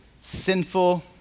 sinful